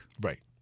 Right